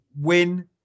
win